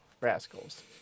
rascals